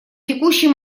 текущий